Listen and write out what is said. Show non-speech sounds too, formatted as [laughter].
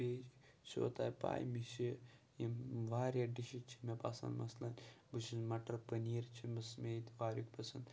بیٚیہِ چھُوا تۄہہِ پَے مےٚ چھِ یِم واریاہ ڈِشہِ چھِ مےٚ پَسنٛد مثلاً بہٕ چھُس مَٹَر پٔنیٖر چھُ مےٚ سُہ مےٚ ییٚتہِ [unintelligible] پَسنٛد